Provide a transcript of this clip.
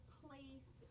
place